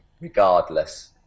regardless